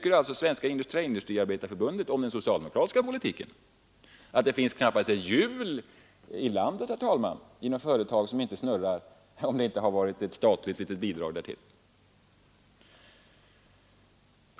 Men det här är alltså vad Träindustriarbetareförbundet tycker om den socialdemokratiska politiken, dvs. att det knappast finns ett hjul inom företagen här i landet som snurrar utan att det har varit ett litet statligt bidrag därtill.